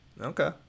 okay